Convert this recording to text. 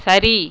சரி